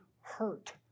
hurt